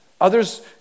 Others